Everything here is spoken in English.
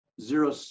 zero